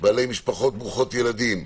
בעלי משפחות ברוכות ילדים,